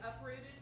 uprooted